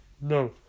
No